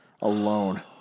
alone